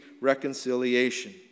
reconciliation